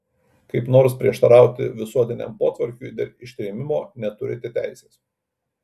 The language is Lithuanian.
kaip nors prieštarauti visuotiniam potvarkiui dėl ištrėmimo neturite teisės